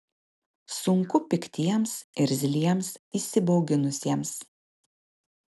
sunku piktiems irzliems įsibauginusiems